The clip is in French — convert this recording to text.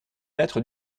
lettre